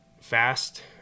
fast